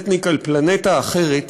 צטניק על פלנטה אחרת,